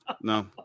No